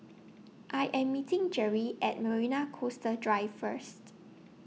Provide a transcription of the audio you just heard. I Am meeting Jere At Marina Coastal Drive First